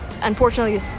unfortunately